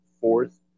fourth